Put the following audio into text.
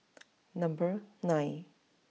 number nine